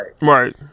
right